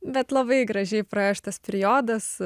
bet labai gražiai praėjo šitas periodas